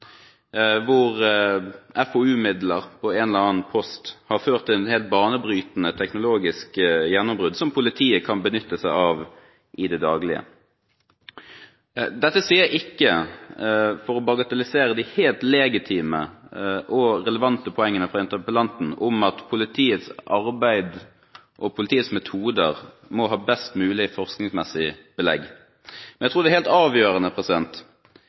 hvor FoU-midler på en eller annen post har ført til et helt banebrytende teknologisk gjennombrudd som politiet kan benytte seg av i det daglige. Dette sier jeg ikke for å bagatellisere de helt legitime og relevante poengene fra interpellanten om at politiets arbeid og metoder må ha best mulig forskningsmessig belegg. Jeg tror det er helt avgjørende